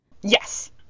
Yes